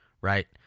right